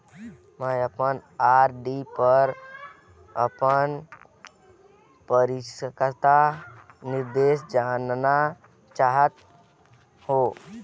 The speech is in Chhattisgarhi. मैं अपन आर.डी पर अपन परिपक्वता निर्देश जानना चाहत हों